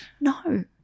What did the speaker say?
no